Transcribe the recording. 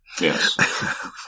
Yes